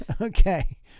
Okay